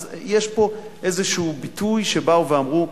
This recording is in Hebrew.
אז יש פה איזה ביטוי שאמרו,